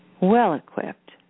well-equipped